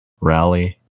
rally